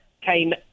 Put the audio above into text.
came